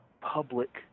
public